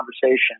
conversation